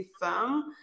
firm